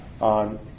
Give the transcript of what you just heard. on